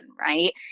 right